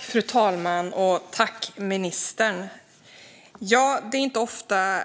Fru talman! Det är inte ofta